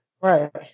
Right